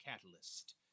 catalyst